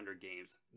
games